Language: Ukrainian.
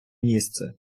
місце